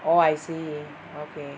orh I see okay